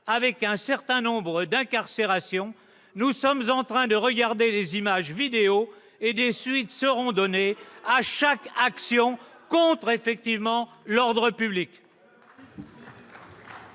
avec un certain nombre d'incarcérations. Nous sommes en train de regarder les images vidéo et des suites seront données à chaque action contre l'ordre public.